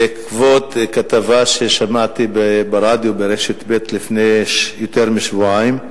בעקבות כתבה ששמעתי ברדיו ברשת ב' לפני יותר משבועיים.